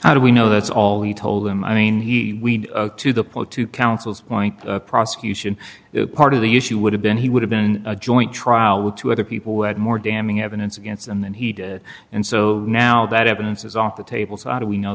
how do we know that's all he told them i mean he to the point to counsel's point the prosecution part of the issue would have been he would have been a joint trial with two other people who had more damning evidence against him and he did and so now that evidence is off the table so how do we know